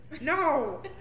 No